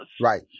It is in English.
right